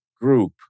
group